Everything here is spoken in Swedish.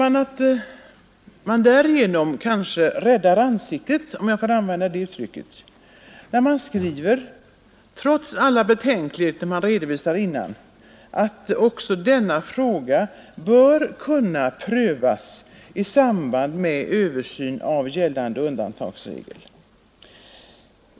Man tror att man kanske därigenom ”räddar ansiktet” — om jag får använda det uttrycket — när man trots alla betänkligheter som redovisas ändå skriver att också denna fråga bör kunna prövas i samband med en översyn av gällande undantagsregler.